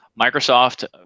Microsoft